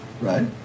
right